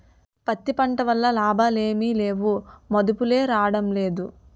పత్తి పంట వల్ల లాభాలేమి లేవుమదుపులే రాడంలేదు